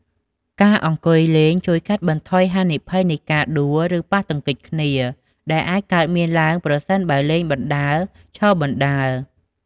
ការអង្គុយលេងជួយកាត់បន្ថយហានិភ័យនៃការដួល ឬប៉ះទង្គិចគ្នា ដែលអាចកើតមានឡើងប្រសិនបើលេងបណ្ដើរ ឈរបណ្តើរ។